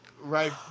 Right